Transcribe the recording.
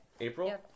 April